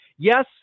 Yes